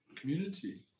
community